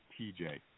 TJ